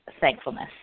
thankfulness